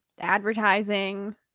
advertising